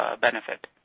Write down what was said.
benefit